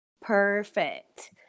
perfect